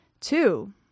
Two